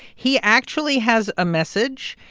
he actually has a message.